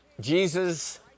Jesus